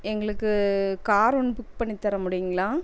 எங்களுக்கு கார் ஒன்று புக் பண்ணி தர முடியும்ங்களா